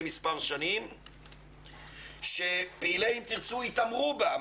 מספר שנים שפעילי "אם תרצו" ממש התעמרו בה.